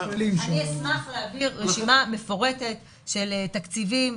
אני אשמח להעביר רשימה מפורטת של תקציבים,